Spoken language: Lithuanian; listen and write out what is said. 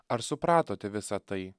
ar supratote visa tai